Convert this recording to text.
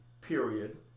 period